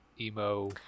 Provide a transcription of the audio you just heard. emo